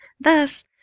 Thus